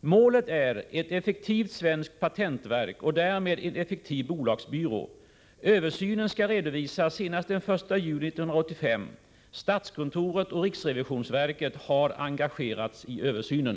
Målet är ett effektivt svenskt patentverk och därmed en effektiv bolagsbyrå. Översynen skall redovisas senast den 1 juli 1985. Statskontoret och riksrevisionsverket har engagerats i översynen.